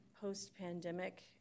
post-pandemic